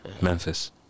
Memphis